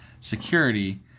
security –